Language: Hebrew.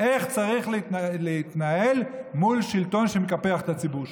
איך צריך להתנהל מול שלטון שמקפח את הציבור שלך.